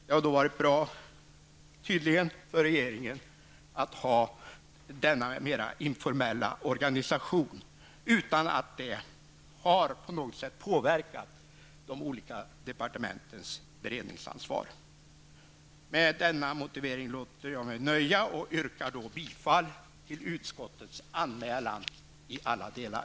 Det har då tydligen varit bra för regeringen att ha denna mera informella organisation, som inte på något sätt har påverkat de olika departementens beredningsansvar. Med denna motivering låter jag mig nöja och yrkar bifall till utskottets anmälan i alla delar.